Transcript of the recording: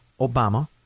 Obama